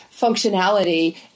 functionality